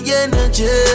energy